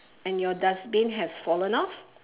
and your dustbin has fallen off